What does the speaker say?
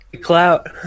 Clout